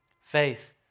Faith